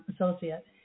associate